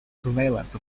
surveillance